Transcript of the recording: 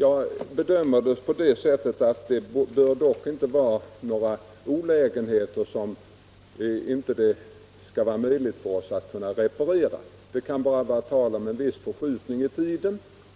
Jag bedömer det emellertid på det sättet att det inte bör vara fråga om några olägenheter som det är omöjligt för oss att reparera. Det kan bara vara tal om en viss förskjutning i tiden.